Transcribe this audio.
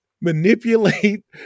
manipulate